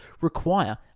require